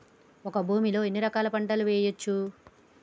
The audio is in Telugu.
ఒక భూమి లో ఎన్ని రకాల పంటలు వేయచ్చు?